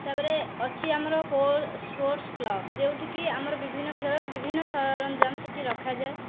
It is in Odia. ତା'ପରେ ଅଛି ଆମର ପୋ ସ୍ପୋର୍ଟସ୍ କ୍ଲବ୍ ଯେଉଁଠିକି ଆମର ବିଭିନ୍ନ ଖେଳର ବିଭିନ୍ନ ସରଞ୍ଜାମ ସେ'ଠି ରଖାଯାଏ